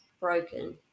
broken